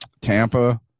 Tampa